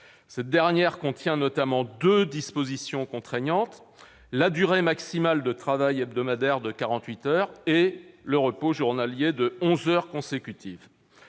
Cette directive contient notamment deux dispositions contraignantes : la durée maximale de travail hebdomadaire de 48 heures ; le repos journalier de 11 heures consécutives.